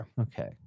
Okay